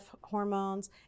hormones